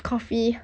coffee